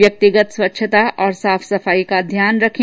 व्यक्तिगत स्वच्छता और साफ सफाई का ध्यान रखें